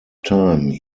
time